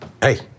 Hey